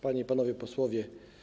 Panie i Panowie Posłowie!